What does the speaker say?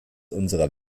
unserer